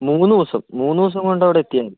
മൂന്ന് ദിവസം മൂന്ന് ദിവസം കൊണ്ട് അവിടെ എത്തിയാൽ മതി